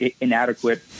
inadequate